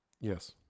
Yes